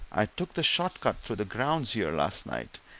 i took the short cut through the grounds here last night,